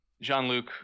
Jean-Luc